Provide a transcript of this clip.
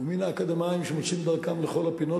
ומן האקדמאים שמוצאים את דרכם לכל הפינות,